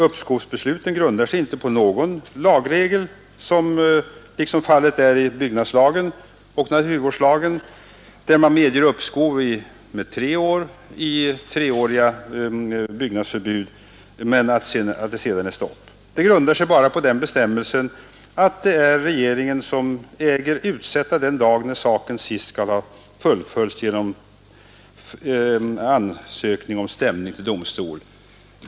Uppskovsbesluten grundar sig inte på någon lagregel, vilket däremot är fallet enligt byggnadslagen och naturvårdslagen, där man medger uppskov med tre år i treåriga byggnadsförbud, men sedan är det stopp. Det grundar sig bara på den bestämmelsen att det är regeringen som äger utsätta den dag, när saken sist skall ha fullföljts genom ansökning om stämning till domstol.